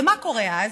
ומה קורה אז?